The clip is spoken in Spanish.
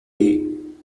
ahí